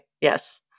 Yes